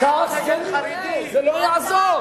כך זה נראה, זה לא יעזור.